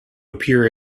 appear